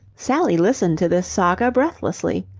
sally listened to this saga breathlessly.